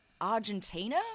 Argentina